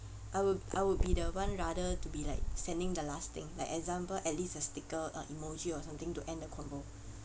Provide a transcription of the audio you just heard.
I would I would be the one rather to be like sending the last thing like example at least a sticker or an emoji or something to end the convo